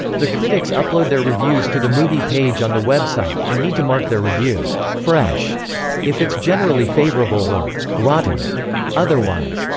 the critics upload their reviews to the movie page on the website, and need to mark their review fresh if it's generally favorable or rotten otherwise.